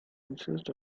insist